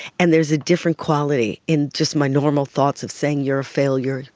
and there's a different quality in just my normal thoughts of saying you're a failure,